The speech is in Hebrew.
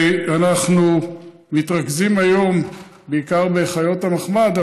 אנחנו מתרכזים היום בעיקר בחיות המחמד,